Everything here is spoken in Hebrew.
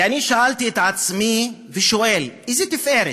ושאלתי את עצמי ואני שואל: איזה תפארת?